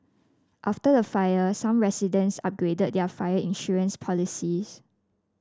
after the fire some residents upgraded their fire insurance policies